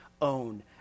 own